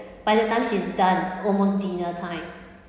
by the time she's done almost dinner time